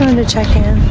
and to check-in.